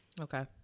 Okay